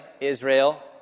Israel